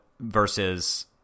versus